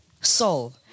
soul